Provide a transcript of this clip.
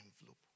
envelope